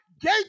gate